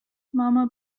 mama